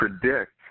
predict